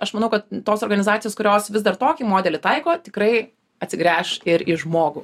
aš manau kad tos organizacijos kurios vis dar tokį modelį taiko tikrai atsigręš ir į žmogų